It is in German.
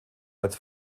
als